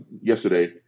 yesterday